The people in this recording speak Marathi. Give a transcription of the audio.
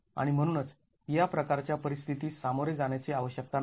आणि म्हणूनच या प्रकारच्या परिस्थितीस सामोरे जाण्याची आवश्यकता नाही